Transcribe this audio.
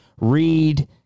Read